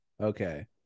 Okay